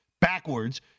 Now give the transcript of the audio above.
backwards